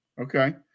Okay